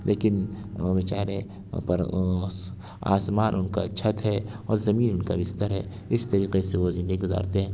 لیکن وہ بے چارے پر آسمان ان کا چھت ہے اور زمین ان کا بستر ہے اس طریقے سے وہ زندگی گذارتے ہیں